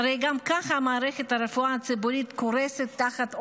הרי גם ככה מערכת הרפואה הציבורית קורסת תחת עומס.